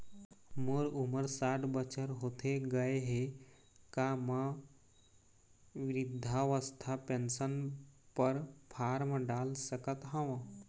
मोर उमर साठ बछर होथे गए हे का म वृद्धावस्था पेंशन पर फार्म डाल सकत हंव?